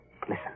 Listen